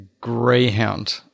Greyhound